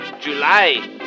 July